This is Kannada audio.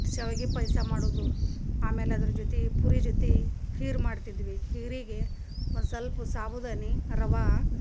ಶಾವಿಗೆ ಪಾಯಸ ಮಾಡುವುದು ಆಮೇಲೆ ಅದರ ಜೊತೆ ಪೂರಿ ಜೊತೆ ಖೀರು ಮಾಡ್ತಿದ್ವಿ ಖೀರಿಗೆ ಒಂದು ಸಲ್ಪ ಸಾಬುದಾನ ರವೆ